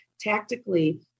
tactically